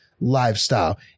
lifestyle